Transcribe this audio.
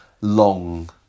long